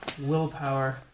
willpower